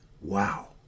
Wow